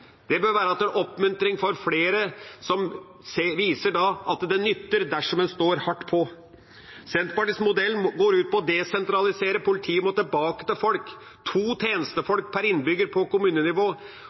Det bør være til oppmuntring for flere og viser at det nytter dersom en står hardt på. Senterpartiets modell går ut på å desentralisere. Politiet må tilbake til folk, med to